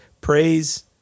praise